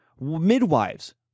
midwives